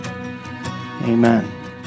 Amen